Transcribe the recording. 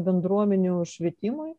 bendruomenių švietimui